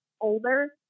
older